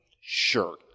Sure